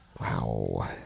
Wow